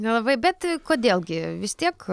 nelabai bet kodėl gi vis tiek